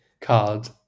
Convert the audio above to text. card